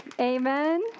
Amen